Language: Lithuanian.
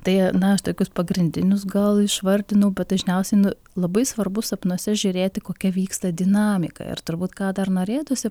tai na aš tokius pagrindinius gal išvardinau bet dažniausiai nu labai svarbu sapnuose žiūrėti kokia vyksta dinamika ir turbūt ką dar norėtųsi